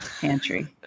pantry